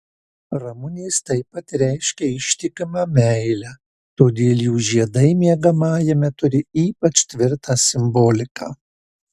ramunės taip pat reiškia ištikimą meilę todėl jų žiedai miegamajame turi ypač tvirtą simboliką